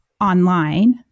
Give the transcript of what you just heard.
online